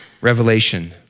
revelation